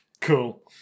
Cool